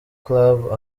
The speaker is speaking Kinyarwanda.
club